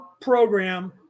program